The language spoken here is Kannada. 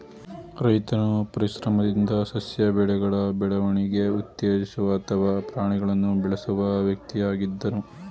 ರೈತನು ಪರಿಶ್ರಮದಿಂದ ಸಸ್ಯ ಬೆಳೆಗಳ ಬೆಳವಣಿಗೆ ಉತ್ತೇಜಿಸುವ ಅಥವಾ ಪ್ರಾಣಿಗಳನ್ನು ಬೆಳೆಸುವ ವ್ಯಕ್ತಿಯಾಗಿದ್ದನು